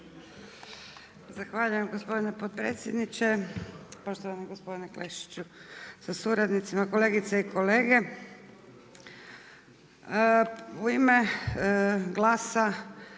Zahvaljujem gospodin potpredsjedniče. Poštovani gospodine Klešiću sa suradnicima, kolegice i kolege. U ime GLAS-a